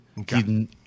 Okay